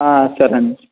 సరేండి